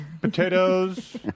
Potatoes